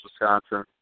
Wisconsin